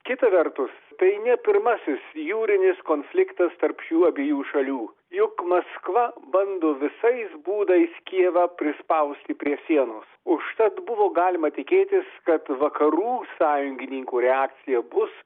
kita vertus tai ne pirmasis jūrinis konfliktas tarp šių abiejų šalių juk maskva bando visais būdais kijevą prispausti prie sienos užtat buvo galima tikėtis kad vakarų sąjungininkų reakcija bus